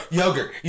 yogurt